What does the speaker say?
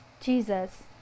Jesus